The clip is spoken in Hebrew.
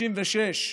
1996,